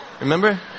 Remember